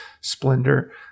splendor